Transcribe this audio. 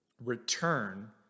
return